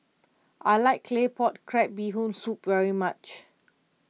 I like Claypot Crab Bee Hoon Soup very much